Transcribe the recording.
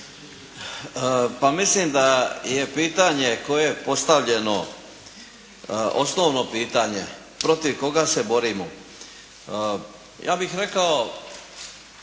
Pa mislim da je pitanje koje je postavljeno osnovno pitanje protiv koga se borimo. Ja bih rekao